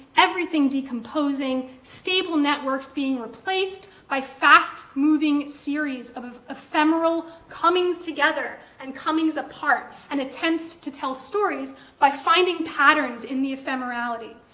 everything decomposing, stable networks being replaced by a fast-moving series of ephemeral comings-together and comings-apart and attempts to tell stories by finding patterns in the ephemerality,